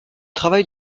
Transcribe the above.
travail